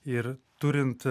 ir turint